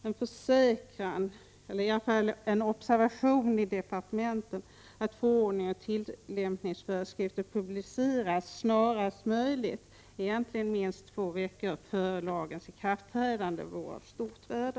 En försäkran, eller i alla fall en observation, i departementet att förordningar och tillämpningsföreskrifter publiceras snarast möjligt, minst två veckor före lagens ikraftträdande, vore av stort värde.